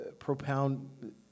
Propound